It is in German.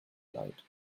leid